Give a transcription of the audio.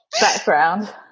background